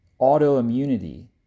Autoimmunity